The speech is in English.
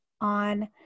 on